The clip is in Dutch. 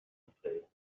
optreden